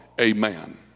Amen